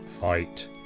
fight